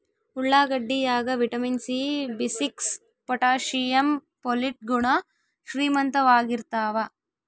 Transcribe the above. ಉಳ್ಳಾಗಡ್ಡಿ ಯಾಗ vitamin C B six potassium ಪೊಲಿಟ್ ಗುಣ ಶ್ರೀಮಂತವಾಗಿರ್ತಾವ